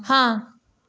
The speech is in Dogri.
हां